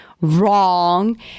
Wrong